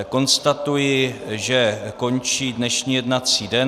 Konstatuji, že končí dnešní jednací den.